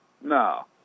No